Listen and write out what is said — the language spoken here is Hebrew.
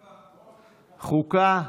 חוקה.